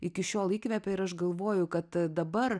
iki šiol įkvepia ir aš galvoju kad dabar